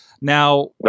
Now